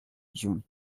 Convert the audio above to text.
june